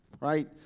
right